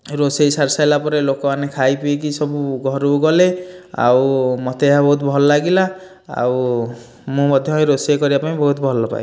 ରୋଷେଇ ସାରି ସାରିଲା ପରେ ଲୋକମାନେ ଖାଈ ପିଇକି ସବୁ ଘରକୁ ଗଲେ ଆଉ ମୋତେ ଏହାବହୁତ ଭଲ ଲାଗିଲା ଆଉ ମୁଁ ମଧ୍ୟ ରୋଷେଇ କରିବା ପାଇଁ ବହୁତ ଭଲପାଏ